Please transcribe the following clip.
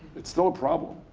it's still a problem,